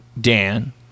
Dan